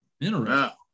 Interesting